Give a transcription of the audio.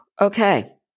okay